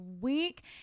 week